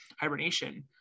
hibernation